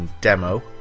demo